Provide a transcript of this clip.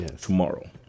tomorrow